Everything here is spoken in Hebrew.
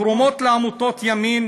התרומות לעמותות ימין